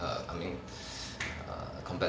err I mean err compared